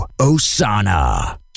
Osana